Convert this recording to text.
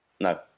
No